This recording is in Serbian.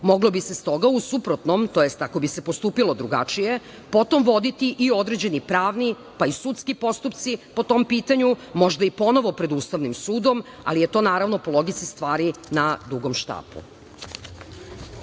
Moglo bi se stoga u suprotnom, tj. ako bi se postupilo drugačije potom voditi i određeni pravni pa i sudski postupci po tom pitanju, možda i ponovo pred Ustavnim sudom, ali je to naravno po logici stvari na dugom